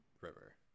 river